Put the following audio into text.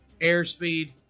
airspeed